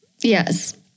Yes